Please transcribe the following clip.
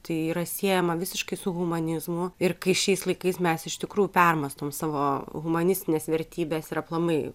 tai yra siejama visiškai su humanizmu ir kai šiais laikais mes iš tikrųjų permąstom savo humanistines vertybes ir aplamai